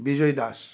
Vijay Das